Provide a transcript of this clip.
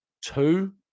two